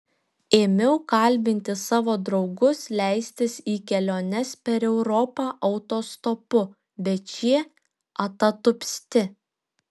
ėmiau kalbinti savo draugus leistis į keliones per europą autostopu bet šie atatupsti